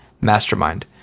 mastermind